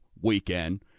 weekend